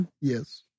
Yes